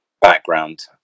background